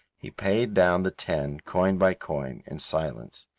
he paid down the ten, coin by coin, in silence,